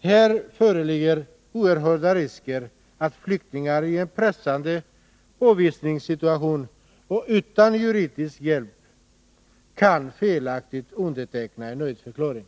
Här föreligger oerhörda risker att flyktingar i en pressande avvisningssituation och utan juridisk hjälp felaktigt undertecknar en nöjdförklaring.